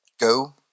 go